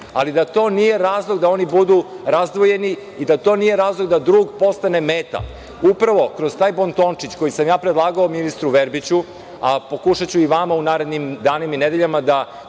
ali da to nije razlog da budu razdvojeni i da to nije razlog da drug postane meta. Upravo, kroz taj bontončić, koji sam ja predlagao ministru Verbiću, a pokušaću i vama u narednim danima, nedeljama, da